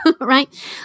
right